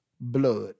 blood